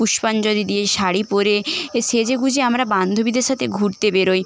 পুষ্পাঞ্জলি দিয়ে শাড়ি পরে এ সেজেগুজে আমরা বান্ধবীদের সাথে ঘুরতে বেরোই